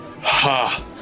Ha